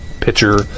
pitcher